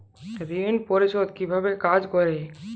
ঋণ পরিশোধ কিভাবে কাজ করে?